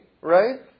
right